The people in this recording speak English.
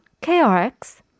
KRX